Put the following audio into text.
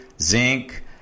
zinc